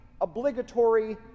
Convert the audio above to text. obligatory